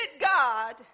God